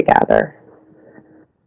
together